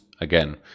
again